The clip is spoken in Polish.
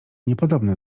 niepodobne